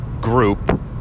group